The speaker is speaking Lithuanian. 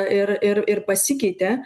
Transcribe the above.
ir ir ir pasikeitė